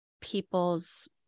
people's